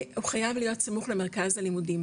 הוא חייב להיות סמוך למרכז הלימודים,